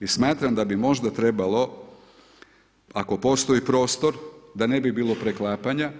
I smatram da bi možda trebalo ako postoji prostor, da ne bi bilo preklapanja,